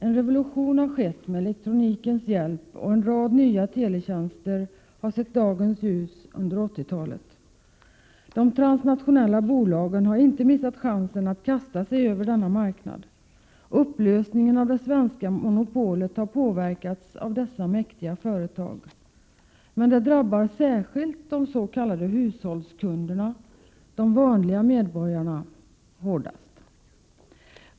En revolution har skett med elektronikens hjälp, och en rad nya teletjänster har sett dagens ljus under 80-talet. De transnationella bolagen har inte missat chansen att kasta sig över denna marknad. Upplösningen av det svenska monopolet har påverkats av dessa mäktiga företag. Men det drabbar de s.k. hushållskunderna, de vanliga medborgarna, hårdast.